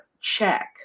Check